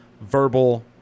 verbal